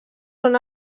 són